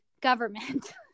government